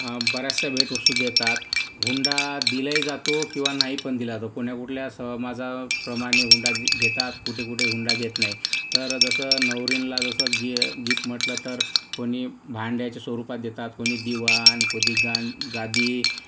बऱ्याचशा भेटवस्तू देतात हुंडा दिलाही जातो किंवा नाही पण दिला जातो कोणी कुठला समाजाप्रमाणे हुंडा घेतात कुठे कुठे हुंडा घेत नाहीत तर जसं नवरींन्ला जसं गिफ्ट म्हटलं तर कोणी भांड्याच्या स्वरुपात देतात कोणी दिवाण कोणी गां गादी